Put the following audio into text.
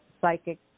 psychic